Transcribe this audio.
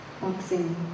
boxing